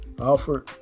Alfred